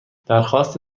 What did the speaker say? درخواست